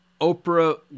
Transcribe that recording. Oprah